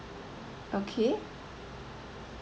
okay